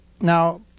Now